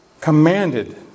commanded